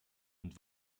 und